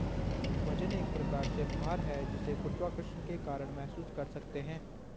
वजन एक प्रकार से भार है जिसे गुरुत्वाकर्षण के कारण महसूस कर सकते है